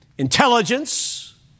Intelligence